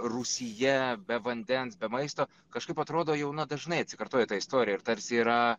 rūsyje be vandens be maisto kažkaip atrodo jau na dažnai atsikartoja ta istorija ir tarsi yra